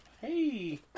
Hey